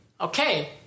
Okay